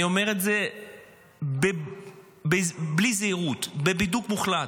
אני אומר את זה בלי זהירות, בדוק, מוחלט,